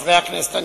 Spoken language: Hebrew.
חברי הכנסת הנכבדים,